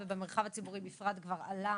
נושא העישון בכלל ובמרחב הציבורי בפרט כבר עלה